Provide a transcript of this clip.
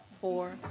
four